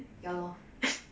ya lor